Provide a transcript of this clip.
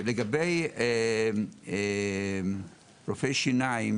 לגבי רופא שיניים